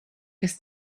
kas